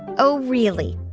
oh really?